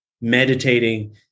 meditating